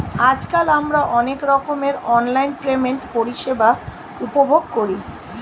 আজকাল আমরা অনেক রকমের অনলাইন পেমেন্ট পরিষেবা উপভোগ করি